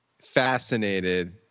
fascinated